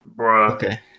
okay